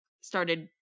started